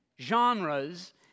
genres